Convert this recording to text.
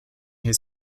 his